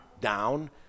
down